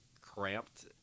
cramped